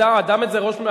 אדוני,